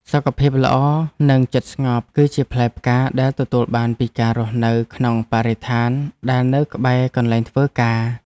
សុខភាពល្អ និងចិត្តស្ងប់ គឺជាផ្លែផ្កាដែលទទួលបានពីការរស់នៅក្នុងបរិស្ថានដែលនៅក្បែរកន្លែងធ្វើការ។